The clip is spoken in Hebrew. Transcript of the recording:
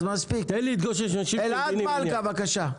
אז מספיק, אלעד מלכא בבקשה.